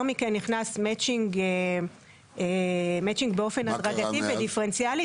מכן נכנס מצ'ינג באופן הדרגתי ודיפרנציאלי,